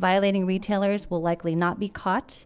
violating retailers will likely not be caught